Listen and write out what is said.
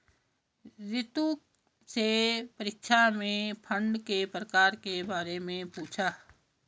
रितु से परीक्षा में फंड के प्रकार के बारे में पूछा